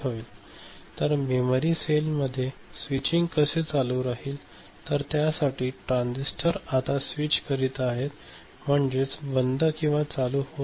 तर मेमरी सेलमध्ये स्विचिंग कसे चालू असेल तर त्या साठी ट्रान्झिस्टर आता स्विच करीत आहे म्हणजे बंद किंवा चालू होत आहे